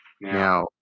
Now